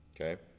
okay